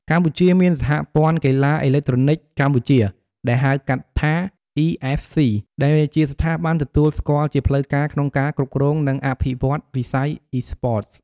កម្ពុជាមានសហព័ន្ធកីឡាអេឡិចត្រូនិកកម្ពុជា ដែលហៅកាត់ថា EFC ដែលជាស្ថាប័នទទួលស្គាល់ជាផ្លូវការក្នុងការគ្រប់គ្រង និងអភិវឌ្ឍវិស័យ Esports។